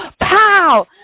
Pow